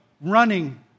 running